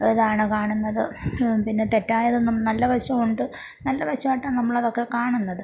ഇതാണ് കാണുന്നത് പിന്നെ തെറ്റായതൊന്നും നല്ല വശവുണ്ട് നല്ല വശമായിട്ടാണ് നമ്മളതൊക്കെ കാണുന്നത്